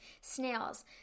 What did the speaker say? snails